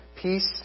peace